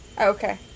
Okay